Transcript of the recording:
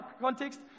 context